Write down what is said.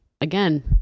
again